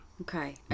Okay